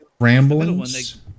ramblings